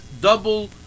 double